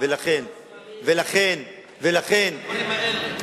קבע לוח זמנים.